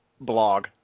blog